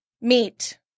meet